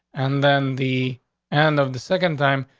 and then the end of the second time,